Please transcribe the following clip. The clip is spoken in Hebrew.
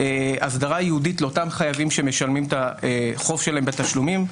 הסדרה ייעודית לאותם חייבים שמשלמים את החוב שלהם בתשלומים.